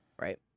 right